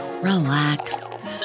relax